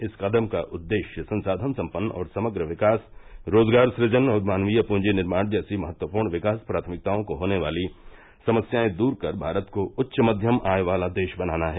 इस कदम का उद्देश्य संसाधन सम्पन्न और समग्र विकास रोजगार सुजन और मानवीय प्रंजी निर्माण जैसी महत्वपूर्ण विकास प्राथमिकताओं को होने वाली समस्याएं दूर कर भारत को उच्च मध्यम आय वाला देश बनाना है